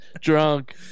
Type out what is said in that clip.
Drunk